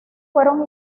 fueron